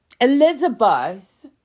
Elizabeth